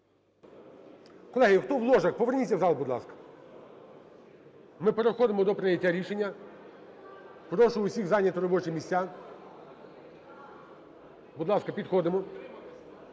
Колеги, хто в ложах, поверніться в зал, будь ласка. Ми переходимо до прийняття рішення, прошу усіх зайняти робочі місця. Будь ласка, підходимо.